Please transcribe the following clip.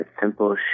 simple